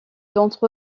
d’entre